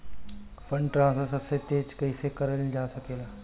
Fund transfer सबसे तेज कइसे करल जा सकेला?